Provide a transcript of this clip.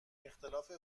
اختلاف